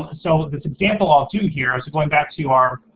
so this example i'll do here is going back to our